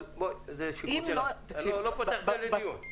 אבל אני לא פותח את זה לדיון.